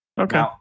Okay